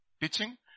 Teaching